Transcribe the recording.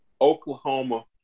Oklahoma